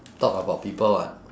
talk about people [what]